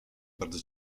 bardzo